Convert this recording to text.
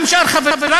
גם שאר חברי,